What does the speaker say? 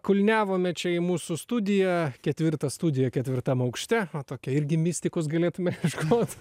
kulniavome čia į mūsų studiją ketvirtą studiją ketvirtam aukšte va tokia irgi mistikos galėtume ieškot